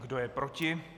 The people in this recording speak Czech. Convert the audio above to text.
Kdo je proti?